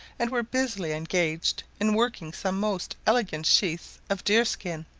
and were busily engaged in working some most elegant sheaths of deer-skin,